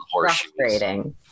frustrating